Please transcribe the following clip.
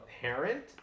parent